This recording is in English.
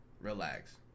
Relax